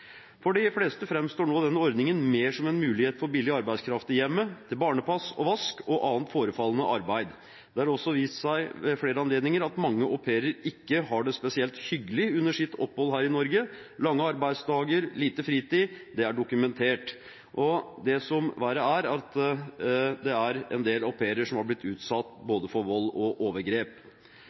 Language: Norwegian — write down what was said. For de fleste framstår nå denne ordningen mer som en mulighet til billig arbeidskraft i hjemmet – til barnepass, vask og annet forefallende arbeid. Det har også vist seg ved flere anledninger at mange au pairer ikke har det spesielt hyggelig under sitt opphold her i Norge, med lange arbeidsdager og lite fritid. Det er dokumentert. Og det som verre er, er at en del au pairer har blitt utsatt for vold og overgrep.